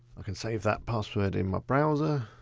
can save that password in my browser.